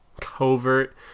covert